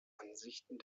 ansichten